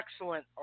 excellent